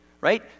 right